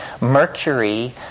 mercury